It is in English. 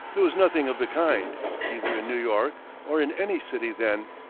there was nothing of the kind, either in new york or in any city then.